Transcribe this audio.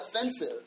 offensive